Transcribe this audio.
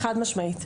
חד-משמעית.